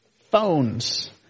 phones